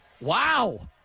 Wow